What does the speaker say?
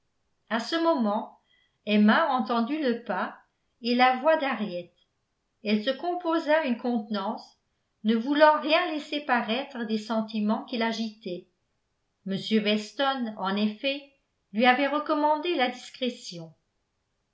à ce moment emma entendit le pas et la voix d'henriette elle se composa une contenance ne voulant rien laisser paraître des sentiments qui l'agitaient m weston en effet lui avait recommandé la discrétion